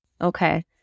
Okay